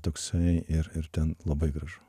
toksai ir ir ten labai gražu